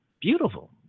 beautiful